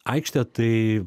aikštę tai